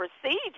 procedure